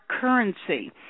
currency